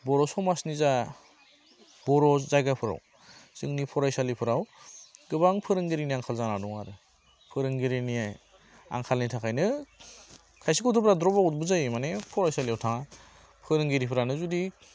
बर' समासनि जा बर' जायगाफोराव जोंनि फरायसालिफोराव गोबां फोरोंगिरिनि आंखाल जाना दं आरो फोरोंगिरिनि आंखालनि थाखायनो खायसे गथ'फ्रा द्रफ आउट बो जायो माने फरायसालिआव थाङा फोरोंगिरिफोरानो जुदि